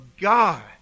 God